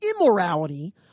immorality